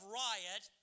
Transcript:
riot